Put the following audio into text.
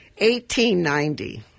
1890